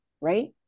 right